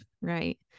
Right